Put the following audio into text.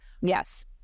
yes